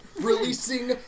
releasing